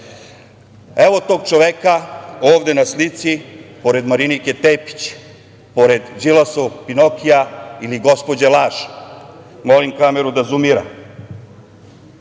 tog čoveka ovde na slici, pored Marinike Tepić, pored Đilasovog Pinokija, ili gospođe „laž“, molim kameru da zumira.